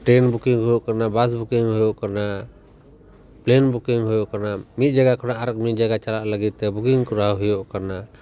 train booking ᱦᱩᱭᱩᱜ ᱠᱟᱱᱟ bus booking ᱦᱩᱭᱩᱜ ᱠᱟᱱᱟ ᱯᱞᱮᱹᱱ ᱵᱩᱠᱤᱝ ᱦᱩᱭᱩᱜ ᱠᱟᱱᱟ ᱢᱤᱫ ᱡᱟᱭᱜᱟ ᱠᱷᱚᱱᱟᱜ ᱟᱨ ᱢᱤᱫ ᱡᱟᱭᱜᱟ ᱪᱟᱞᱟᱜ ᱞᱟᱹᱜᱤᱫ ᱛᱮ ᱵᱩᱠᱤᱝ ᱠᱚᱨᱟᱣ ᱦᱩᱭᱩᱜ ᱠᱟᱱᱟ